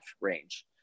range